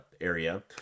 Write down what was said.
area